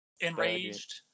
Enraged